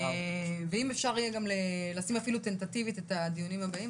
ואם אפשר יהיה גם לשים אפילו טנטטיבית את הדיונים הבאים,